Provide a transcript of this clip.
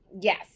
Yes